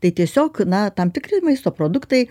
tai tiesiog na tam tikri maisto produktai